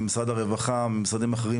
ממשרד הרווחה וממשרדים אחרים